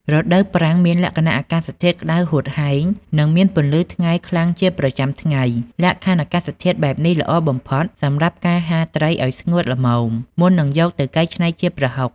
រដូវប្រាំងមានលក្ខណៈអាកាសធាតុក្តៅហួតហែង និងមានពន្លឺថ្ងៃខ្លាំងជាប្រចាំថ្ងៃ លក្ខខណ្ឌអាកាសធាតុបែបនេះល្អបំផុតសម្រាប់ការហាលត្រីឱ្យស្ងួតល្មម មុននឹងយកទៅកែច្នៃជាប្រហុក។